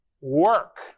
work